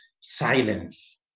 silence